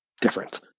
different